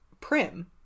Prim